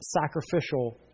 sacrificial